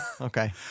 okay